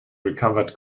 recovered